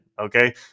Okay